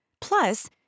Plus